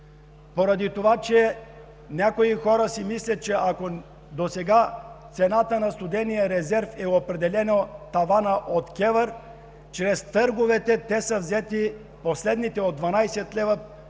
поради това, че някои хора си мислят, че ако досега цената на студения резерв е определена с тавана от КЕВР, чрез търговете те са взети – последните, на 12 лв.